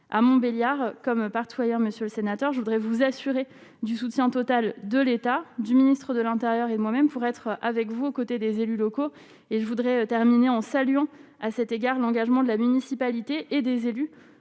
à Montbéliard, comme partout ailleurs, monsieur le sénateur, je voudrais vous assurer du soutien total de l'État du ministre de l'Intérieur et moi-même pour être avec vous au côté des élus locaux et je voudrais terminer en saluant à cet égard l'engagement de la municipalité et des élus